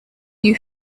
new